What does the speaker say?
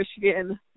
Michigan